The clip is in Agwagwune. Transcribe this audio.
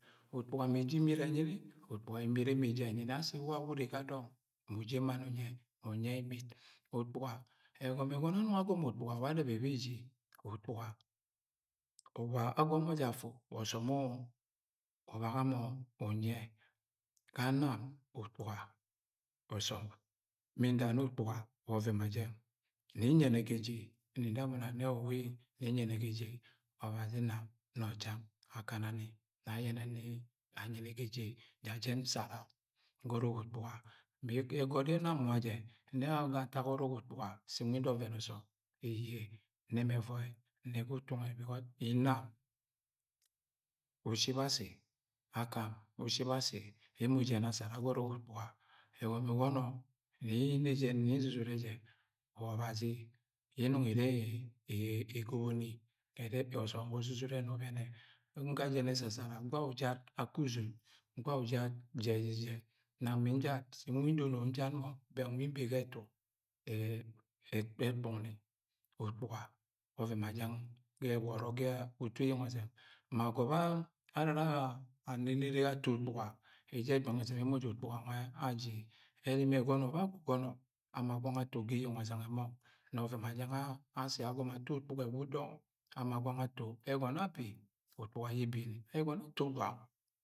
Ukpuga mẹ eje imi ẹnymi ukpuse imit eme eje enyi ni. Wa̱wo ure ga dọng mu uje mann unyi ye. Mu unyi ẹ imit. Ukpuga, ẹgọmọ egọnọ anọng a gọmọ ukpuga, awa arẹbẹ beji. Ukpuga agọmọ jẹ afu wa ọsọm ubaga mo̱ unyi e̱. Ga nam ukpuga na ọsọm nda nne ukpuga wa ọvẹn ma jẹng. Ne nyẹ nẹ ga eje nii nda mọ nang nne o! Owei! Ne nyẹnẹ ga eje obazi ina no cham! Akana ni ne̱ ayẹnẹ ni anyi ni ga eje, ja jẹng nsara Ga ọrọk ukpuga, ma ego̱t ue nam nwa jẹ nne a o! Ga niak ọrọk ukpuga sẹ nwa nda ọvẹn ọsọm! Eiye! Nẹ mẹ ẹvọi nna ege utu nwe. Inam uship asi, akam u ship asi. Emo jen asara ga ọrọk okpuga. Egọmọ egọnọ. Nga jen esa sara gwa ujad ake uzot, gwa ujad jejeje nam mi njad sẹ nwa ndọnọ njad ndo, bẹng nwi mbe ga etu. Etu ọkpọkni, ukpuga ma ọven ma jẹng ẹwọrọ ga utu eyeng ọzẹng. Ma ago bẹ ara anenere yẹ ato ukpuga, ebi ebanga izim emo ja ukpuga aji. Ẹrimi ye gono ba agọgọno ama gwang ato sa eyeng ọzẹng ẹmong, nọ ọsọm ma gwong asi agọmọ ato ukpuga e̱gwu dọng ama gwang ato, ma abe ukpuga ayo ebeni. Egọnọ yẹ ato gwang.